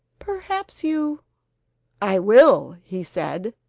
perhaps you i will! he said,